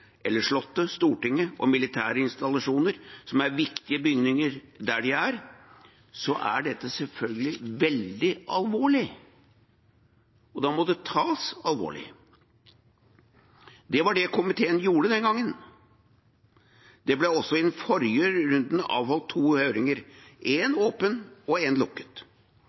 eller Slottet, Stortinget eller militære installasjoner som de viktige bygningene de er, er det selvfølgelig veldig alvorlig, og da må det tas alvorlig. Det var det komiteen gjorde den gangen. Det ble også i den forrige runden avholdt to høringer, én åpen og én lukket. En lukket